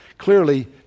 clearly